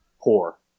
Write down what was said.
poor